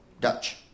Dutch